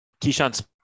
Keyshawn